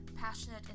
passionate